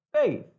Faith